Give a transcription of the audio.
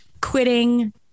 quitting